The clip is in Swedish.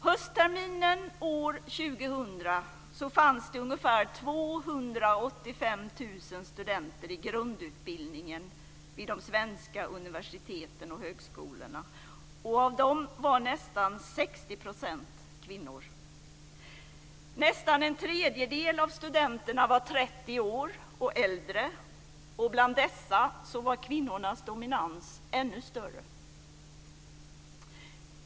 Höstterminen år 2000 fanns det ungefär 285 000 studenter i grundutbildningen vid de svenska universiteten och högskolorna. Av dem var nästan 60 % kvinnor. Nästan en tredjedel av studenterna var 30 år och äldre. Bland dessa var kvinnornas dominans ännu större.